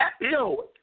Yo